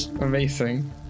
Amazing